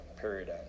period